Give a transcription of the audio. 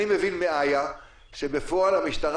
אני מבין מסנ"צ גורצקי שבפועל המשטרה